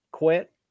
Quit